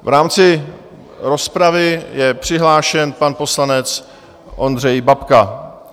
V rámci rozpravy je přihlášen pan poslanec Ondřej Babka.